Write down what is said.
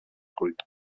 group